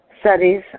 studies